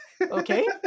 Okay